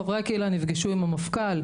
חברי הקהילה נפגשו עם המפכ"ל,